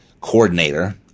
coordinator